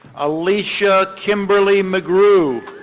alicia kimberly mcgrue.